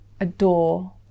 adore